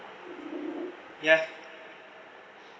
ya